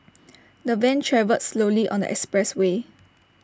the van travelled slowly on the expressway